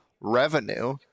revenue